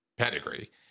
pedigree